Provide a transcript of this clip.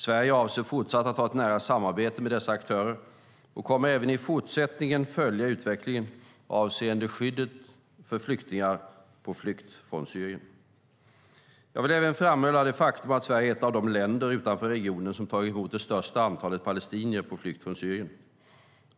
Sverige avser att fortsatt ha ett nära samarbete med dessa aktörer och kommer även i fortsättningen att följa utvecklingen avseende skyddet för flyktingar på flykt från Syrien. Jag vill även framhålla det faktum att Sverige är ett av de länder utanför regionen som tagit emot det största antalet palestinier på flykt från Syrien.